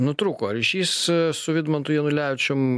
nutrūko ryšys su vidmantu janulevičium